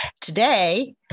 Today